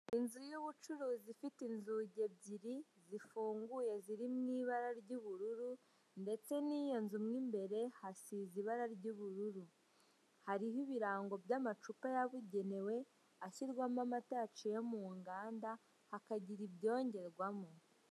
Inzu y'ubucuruzi ifite unzugi ebyiri, zifunguye, ziri mu ibara ry'ubururu, ndetse n'iyo nzu mo imbere hasize ibara ry'ubururu. Hariho ibirango by'amacupa yabugenewe, ashyirwamo amata yaciye mu nganda, hakagira ibyongerwamo.